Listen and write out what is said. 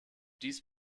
dies